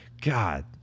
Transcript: god